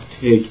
take